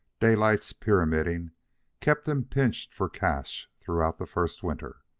daylight's pyramiding kept him pinched for cash throughout the first winter.